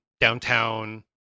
downtown